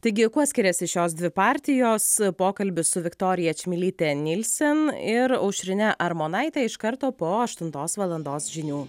taigi kuo skiriasi šios dvi partijos pokalbis su viktorija čmilyte nilsen ir aušrine armonaite iš karto po aštuntos valandos žinių